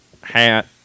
hat